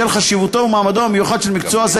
בשל חשיבותו ומעמדו המיוחד של מקצוע זה,